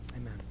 amen